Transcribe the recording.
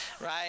right